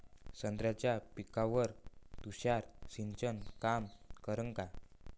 संत्र्याच्या पिकावर तुषार सिंचन काम करन का?